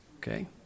Okay